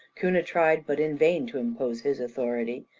cunha tried but in vain, to impose his authority.